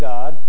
God